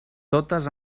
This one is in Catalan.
totes